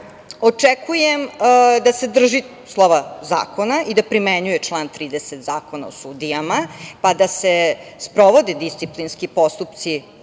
očekujem da se drži slova zakona i da primenjuje član 30. Zakona o sudijama, pa da se sprovode disciplinski postupci